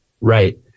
right